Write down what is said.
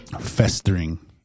festering